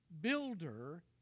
builder